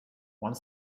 one